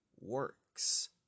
works